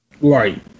Right